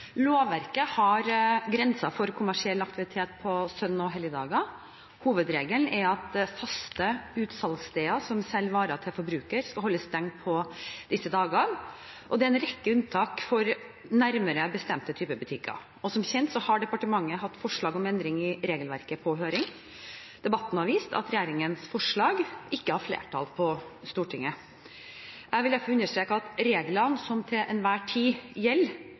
Lovverket har grenser for kommersiell aktivitet på søndager og helligdager. Hovedregelen er at faste utsalgssteder som selger varer til forbruker, skal holde stengt på disse dagene, og det er en rekke unntak for nærmere bestemte typer butikker. Som kjent har departementet hatt forslag om endring i regelverket på høring. Debatten har vist at regjeringens forslag ikke har flertall på Stortinget. Jeg vil derfor understreke at reglene som til enhver tid gjelder,